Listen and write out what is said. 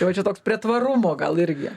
tai va čia toks prie tvarumo gal irgi